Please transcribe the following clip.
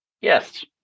Yes